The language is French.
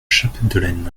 chapdelaine